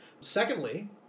Secondly